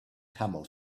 camel